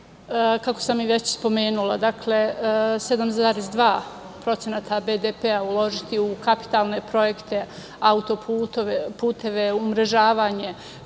kako sam već spomenula, 7,2% BDP uložiti u kapitalne projekte, autoputeve, umrežavanje,